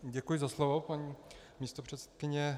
Děkuji za slovo, paní místopředsedkyně.